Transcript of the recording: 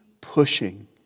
pushing